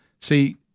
See